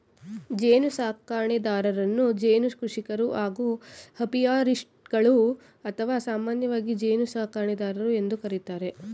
ಜೇನುಸಾಕಣೆದಾರರನ್ನು ಜೇನು ಕೃಷಿಕರು ಹಾಗೂ ಅಪಿಯಾರಿಸ್ಟ್ಗಳು ಅಥವಾ ಸಾಮಾನ್ಯವಾಗಿ ಜೇನುಸಾಕಣೆದಾರರು ಎಂದು ಕರಿತಾರೆ